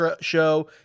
show